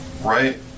Right